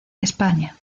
españa